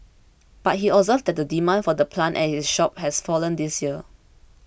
but he observed that the demand for the plant at his shop has fallen this year